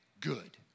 good